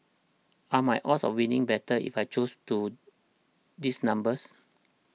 are my odds of winning better if I choose to these numbers